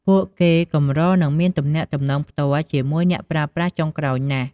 ពួកគេកម្រនឹងមានទំនាក់ទំនងផ្ទាល់ជាមួយអ្នកប្រើប្រាស់ចុងក្រោយណាស់។